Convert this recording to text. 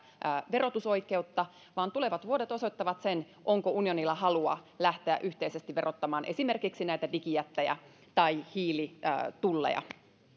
verotusoikeutta vaan tulevat vuodet osoittavat sen onko unionilla halua lähteä yhteisesti verottamaan esimerkiksi näitä digijättejä tai hiilitulleja